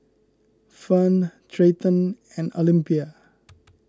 Fern Treyton and Olympia